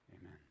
Amen